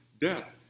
death